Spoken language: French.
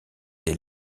des